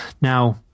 Now